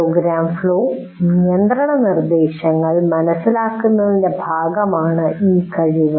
programme flow നിയന്ത്രണനിർദ്ദേശങ്ങൾ മനസിലാക്കുന്നതിന്റെ ഭാഗമാണ് ഈ കഴിവ്